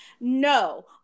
No